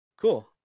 cool